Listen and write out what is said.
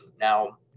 Now